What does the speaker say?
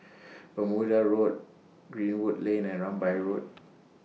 Bermuda Road Greenwood Lane and Rambai Road